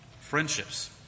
friendships